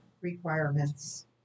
requirements